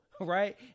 right